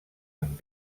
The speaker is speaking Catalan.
amb